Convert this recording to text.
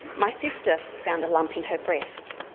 my sister found a lump in her breast.